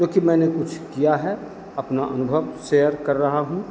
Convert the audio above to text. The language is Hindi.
क्योंकि मैंने कुछ किया है अपना अनुभव शेयर कर रहा हूँ